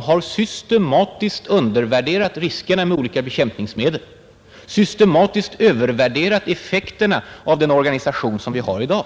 har systematiskt undervärderat riskerna med olika bekämpningsmedel och systematiskt övervärderat effekterna av den organisation som vi har i dag.